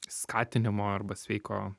skatinimo arba sveiko